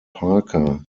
parker